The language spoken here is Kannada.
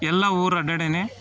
ಎಲ್ಲ ಊರು ಅಡ್ಡಾಡೇನಿ